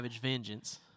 Vengeance